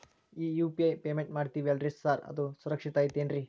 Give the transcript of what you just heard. ಈ UPI payment ಮಾಡ್ತೇವಿ ಅಲ್ರಿ ಸಾರ್ ಅದು ಸುರಕ್ಷಿತ್ ಐತ್ ಏನ್ರಿ?